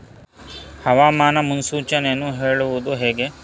ಹವಾಮಾನ ಮುನ್ಸೂಚನೆಯನ್ನು ಹೇಳುವುದು ಹೇಗೆ?